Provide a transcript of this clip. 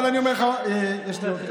אבל אני אומר לך, יש לי עוד כמה.